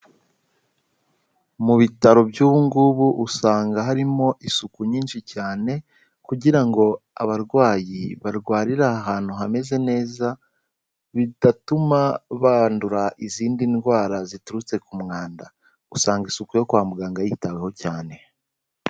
Mu bitaro by'ubu ngubu usanga harimo isuku nyinshi cyane kugira ngo abarwayi barwarire ahantu hameze neza, bidatuma bandura izindi ndwara ziturutse ku mwanda, usanga isuku yo kwa muganga yitaweho cyane.